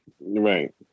Right